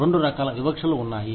రెండు రకాల వివక్షలు ఉన్నాయి